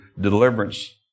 deliverance